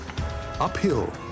Uphill